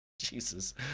Jesus